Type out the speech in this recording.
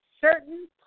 certain